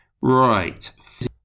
right